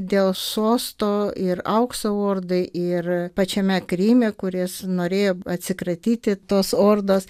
dėl sosto ir aukso ordai ir pačiame kryme kuris norėjo atsikratyti tos ordos